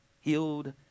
Healed